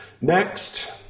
Next